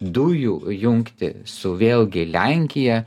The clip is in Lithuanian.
dujų jungtį su vėlgi lenkija